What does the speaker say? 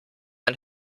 ein